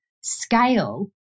scale